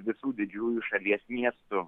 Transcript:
visų didžiųjų šalies miestų